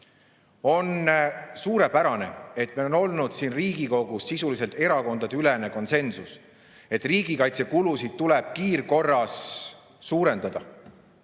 suurepärane, et meil on olnud siin Riigikogus sisuliselt erakondadeülene konsensus, et riigikaitsekulusid tuleb kiirkorras suurendada.